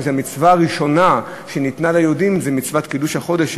המצווה הראשונה שניתנה ליהודים זו מצוות קידוש החודש,